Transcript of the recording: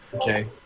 Okay